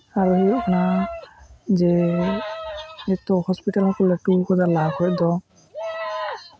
ᱟᱨ ᱦᱩᱭᱩᱜ ᱠᱟᱱᱟ ᱡᱮ ᱱᱤᱛᱳᱜ ᱦᱚᱸᱥᱯᱤᱴᱟᱞ ᱦᱚᱸᱠᱚ ᱞᱟᱹᱴᱩᱣ ᱠᱟᱫᱟ ᱞᱟᱦᱟ ᱠᱷᱚᱡ ᱫᱚ